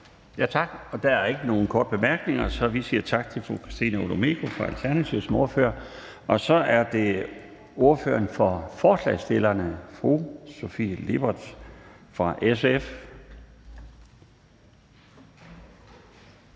Laustsen): Der er ikke nogen korte bemærkninger, så vi siger tak til fru Christina Olumeko fra Alternativet som ordfører. Så er det ordføreren for forslagsstillerne, fru Sofie Lippert fra SF.